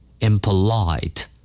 impolite